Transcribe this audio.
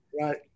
Right